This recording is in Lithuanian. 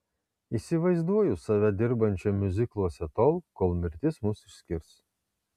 įsivaizduoju save dirbančią miuzikluose tol kol mirtis mus išskirs